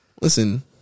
Listen